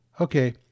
Okay